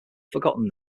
forgotten